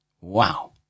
wow